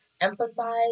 emphasize